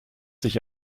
sich